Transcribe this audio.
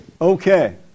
Okay